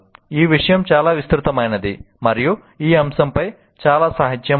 ఈ విషయం చాలా విస్తృతమైనది మరియు ఈ అంశంపై చాలా సాహిత్యం ఉంది